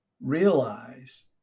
realize